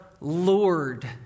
Lord